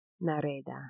Nareda